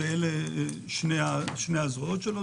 אלה שני הזרועות שלו.